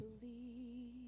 believe